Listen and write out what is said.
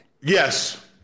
Yes